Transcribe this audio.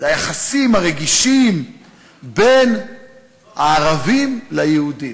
זה היחסים הרגישים בין הערבים ליהודים,